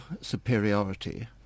superiority